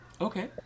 okay